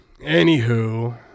anywho